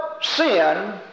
sin